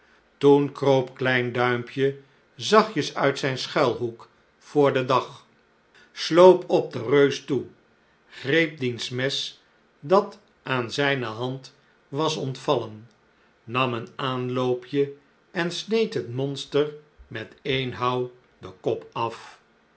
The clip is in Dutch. toen kroop klein duimpje zachtjes uit zijn schuilhoek voor den dag sloop op den reus toe greep diens mes dat aan zijne hand was ontvallen nam een aanloopje en sneed het monster met één houw den kop af